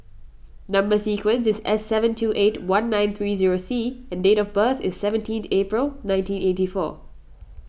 Number Sequence is S seven two eight one nine three zero C and date of birth is seventeenth April nineteen eighty four